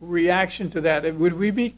reaction to that and would we be